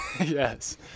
Yes